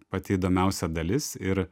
pati įdomiausia dalis ir